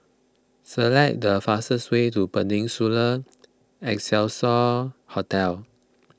select the fastest way to Peninsula Excelsior Hotel